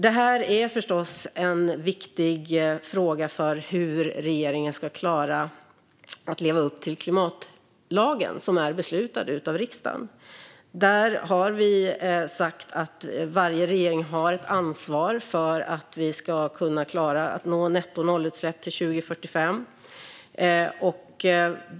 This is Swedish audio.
Det här är förstås en viktig fråga för hur regeringen ska klara att leva upp till klimatlagen, som är beslutad av riksdagen. Där har vi sagt att varje regering har ett ansvar för att vi ska kunna klara att nå nettonollutsläpp till 2045.